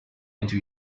into